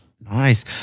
Nice